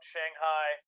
Shanghai